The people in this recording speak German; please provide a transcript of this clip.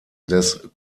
des